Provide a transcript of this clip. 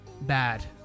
bad